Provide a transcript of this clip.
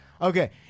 Okay